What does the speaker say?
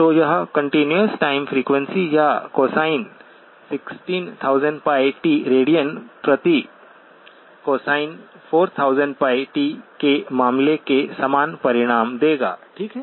तो एक continuous time frequency या कोसाइन 16000πt रेडियन प्रति कोसाइन 4000t के मामले के समान परिणाम देगा ठीक है